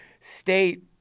state